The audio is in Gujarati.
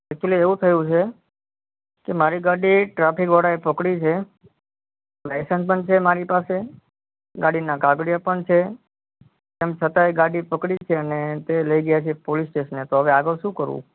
ઍક્ચુઅલિ એવું થયું છે કે મારી ગાડી ટ્રાફિકવાળાએ પકડી છે લાઈસન્સ પણ છે મારી પાસે ગાડીના કાગળિયાં પણ છે તેમ છતાં એ ગાડી પકડી છે અને તે લઇ ગયા છે પોલીસ સ્ટેશને તો હવે આગળ શું કરવું